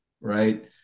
right